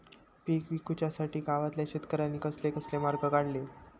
पीक विकुच्यासाठी गावातल्या शेतकऱ्यांनी कसले कसले मार्ग काढले?